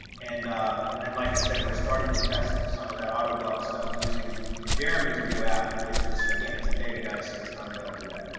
and and then like i said, we're starting to test some of that auto blog stuff using jeremy's new app, which is again, it's in beta guys, so it's not available yet.